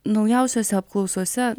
naujausiose apklausose